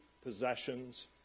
possessions